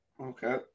Okay